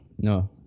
No